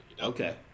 Okay